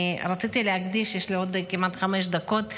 אני רציתי להקדיש, יש לי עוד כמעט חמש דקות,